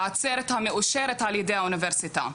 עצרת המאושרת על ידי האוניברסיטה.